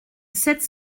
sept